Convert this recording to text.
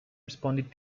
responded